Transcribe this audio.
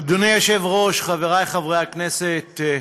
אדוני היושב-ראש, חברי חברי הכנסת,